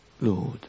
Lord